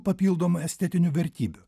papildomų estetinių vertybių